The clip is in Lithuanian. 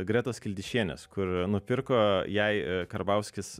gretos kildišienės kur nupirko jai karbauskis